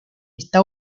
está